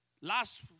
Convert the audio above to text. Last